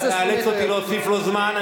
אתה מאלץ אותי להוסיף לו זמן.